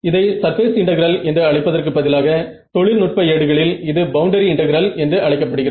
இதை surface integral என்று அழைப்பதற்கு பதிலாக தொழில்நுட்ப ஏடுகளில் இது பவுண்டரி இன்டெகிரல் என்று அழைக்கப்படுகிறது